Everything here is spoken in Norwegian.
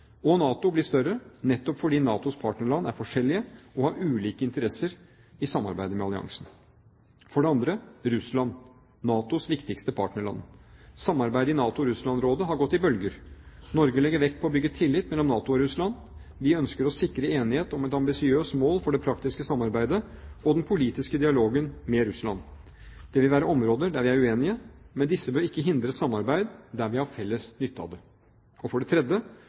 og NATO blir større, nettopp fordi NATOs partnerland er forskjellige og har ulike interesser i samarbeidet med alliansen. For det andre: Russland, NATOs viktigste partnerland. Samarbeidet i NATO–Russland-rådet har gått i bølger. Norge legger vekt på å bygge tillit mellom NATO og Russland. Vi ønsker å sikre enighet om et ambisiøst mål for det praktiske samarbeidet og den politiske dialogen med Russland. Det vil være områder der vi er uenige, men disse bør ikke hindre samarbeid der vi har felles nytte av det. For det tredje: